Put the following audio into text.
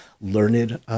learned